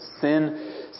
sin